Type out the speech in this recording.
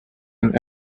and